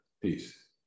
Peace